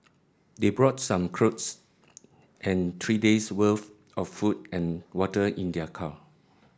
they brought some clothes and three day's worth of food and water in their car